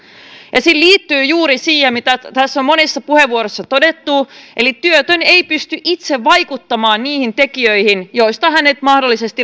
ja se liittyy juuri siihen mitä tässä on monissa puheenvuoroissa todettu eli työtön ei pysty itse vaikuttamaan niihin tekijöihin joista häntä mahdollisesti